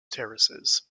terraces